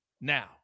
now